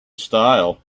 style